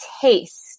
taste